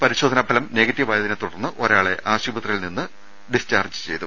പരിശോധനാ ഫലം നെഗറ്റീവായതിനെ തുടർന്ന് ഒരാളെ ആശുപത്രിയിൽ നിന്ന് ഡിസ്ചാർജ്ജ് ചെയ്തു